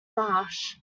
marsh